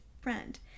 friend